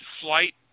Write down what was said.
flight